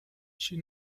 she